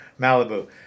Malibu